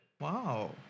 Wow